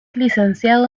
licenciado